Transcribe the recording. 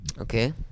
Okay